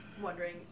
wondering